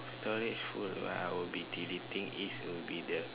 storage full what I will be deleting is the